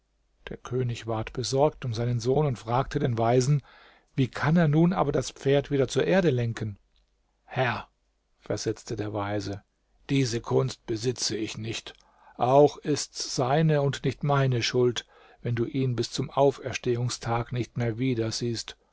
der könig ward besorgt um seinen sohn und fragte den weisen wie kann er nun aber das pferd wieder zur erde lenken herr versetzte der weise diese kunst besitze ich nicht auch ist's seine und nicht meine schuld wenn du ihn bis zum auferstehungstag nicht mehr wieder